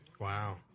Wow